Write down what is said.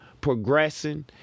progressing